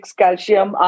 calcium